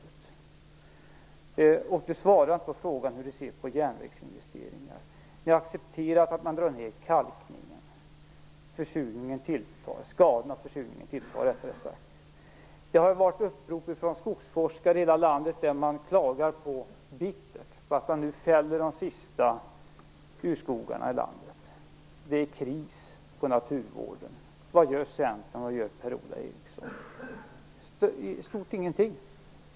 Per-Ola Eriksson svarar inte på frågan hur han ser på järnvägsinvesteringar. Ni har accepterat att man drar ned på kalkningen. Skadorna av försurningen tilltar. Det har kommit upprop från skogsforskare i hela landet, som bittert klagar på att de sista urskogarna i landet nu fälls. Det är kris för naturvården. Vad gör Centern? Vad gör Per-Ola Eriksson? Ni gör i stort ingenting.